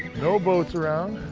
no boats around.